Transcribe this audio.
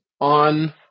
on